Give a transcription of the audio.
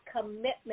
commitment